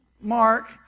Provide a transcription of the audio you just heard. Mark